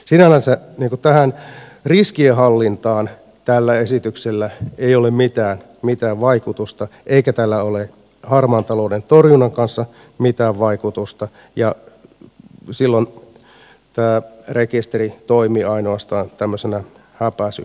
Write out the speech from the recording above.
sinällänsä riskienhallintaan tällä esityksellä ei ole mitään vaikutusta eikä tällä ole harmaan talouden torjunnan kanssa mitään vaikutusta ja silloin tämä rekisteri toimii ainoastaan tämmöisenä häpäisyrekisterinä